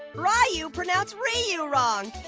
rye-you pronounced ree-you wrong.